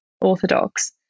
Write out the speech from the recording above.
Orthodox